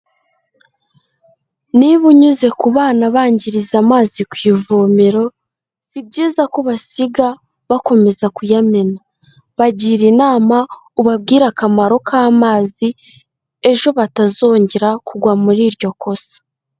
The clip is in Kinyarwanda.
Niba unyuze ku bana bangiriza amazi ku ivomero, si byiza ko ubasiga bakomeza kuyamena, bagira inama ubabwire akamaro k'amazi ejo batazongera kugwa muri iryo kosa.